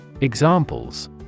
Examples